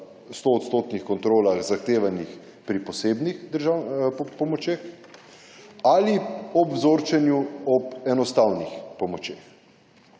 pri 100 % kontrolah, zahtevanih pri posebnih pomočeh, ali ob vzorčenju ob enostavnih pomočeh.